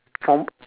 for